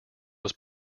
was